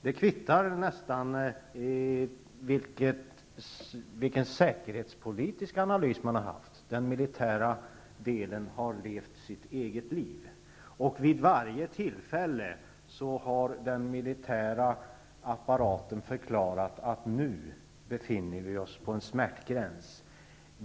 Det kvittar nästan vilken säkerhetspolitisk analys man har gjort -- den militära delen har levt sitt eget liv. Vid varje tillfälle har den militära apparaten förklarat sig vara vid en smärtgräns.